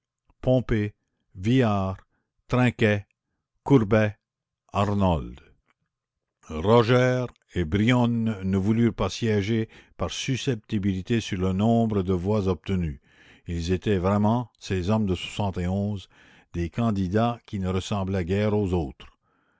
pompée viard trinquet courbet arnold rogeart et briosne ne voulurent pas siéger par susceptibilité sur le nombre de voix obtenues ils étaient vraiment ces hommes de des candidats qui ne ressemblaient guère aux autres